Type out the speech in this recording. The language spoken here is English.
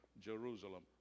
Jerusalem